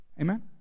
Amen